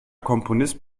komponist